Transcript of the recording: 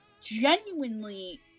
genuinely